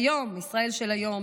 בישראל של היום,